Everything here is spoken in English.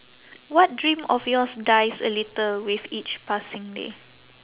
what dream of yours dies a little with each passing day